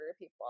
people